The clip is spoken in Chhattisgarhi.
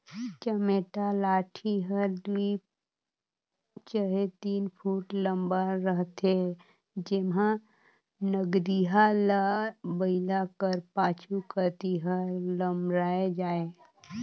चमेटा लाठी हर दुई चहे तीन फुट लम्मा रहथे जेम्हा नगरिहा ल बइला कर पाछू कती हर लमराए जाए